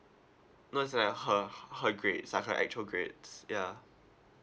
no it's like her h~ her grades like her actual grades ya